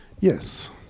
Yes